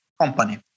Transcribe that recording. company